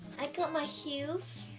i got my heels.